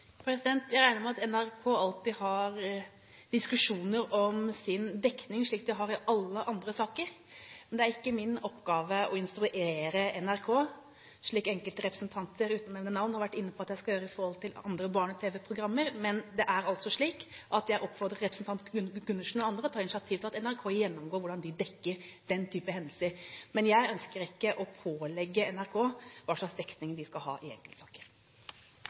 Jeg regner med at NRK alltid har diskusjoner om sin dekning, slik de har i alle andre saker, men det er ikke min oppgave å instruere NRK slik enkelte representanter – uten å nevne navn – har vært inne på at jeg skal gjøre i forhold til barne-tv-programmer. Jeg oppfordrer representanten Gundersen og andre til å ta initiativ til at NRK gjennomgår hvordan de dekker den type hendelser, men jeg ønsker ikke å pålegge NRK hva slags dekning de skal ha i enkeltsaker.